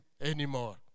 anymore